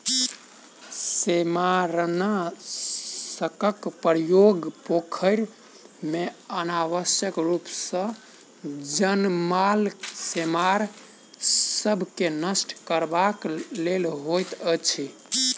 सेमारनाशकक प्रयोग पोखैर मे अनावश्यक रूप सॅ जनमल सेमार सभ के नष्ट करबाक लेल होइत अछि